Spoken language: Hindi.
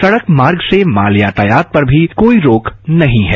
सड़क मार्ग से माल यातायात पर भी कोई रोक नहीं है